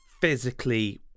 physically